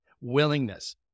willingness